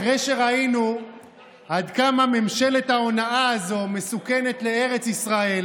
אחרי שראינו עד כמה ממשלת ההונאה הזאת מסוכנת לארץ ישראל,